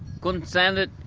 couldn't stand it.